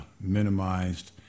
minimized